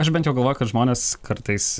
aš bent jau galvoju kad žmonės kartais